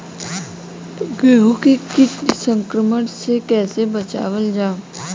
गेहूँ के कीट संक्रमण से कइसे बचावल जा?